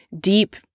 Deep